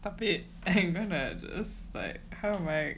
stop it I'm gonna just like come [right]